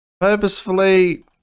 purposefully